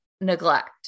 neglect